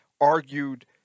argued